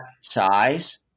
size